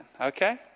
okay